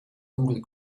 google